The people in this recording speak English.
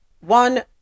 one